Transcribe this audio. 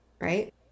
right